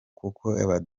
kuko